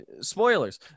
spoilers